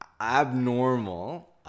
abnormal –